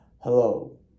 Hello